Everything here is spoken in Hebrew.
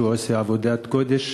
שעושה עבודת קודש